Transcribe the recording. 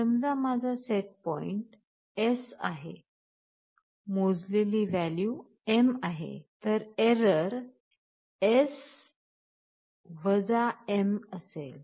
समजा माझा set point S आहे मोजलेली वैल्यू M आहे तर एरर S M असेल